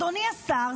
אדוני השר,